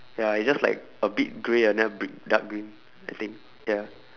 ya it's just like a bit grey ah then a bit dark green I think ya